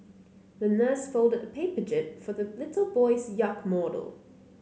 the nurse folded a paper jib for the little boy's yacht model